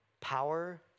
Power